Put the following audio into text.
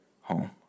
home